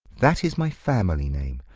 that is my family name.